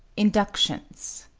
inductions